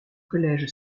collège